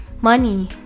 money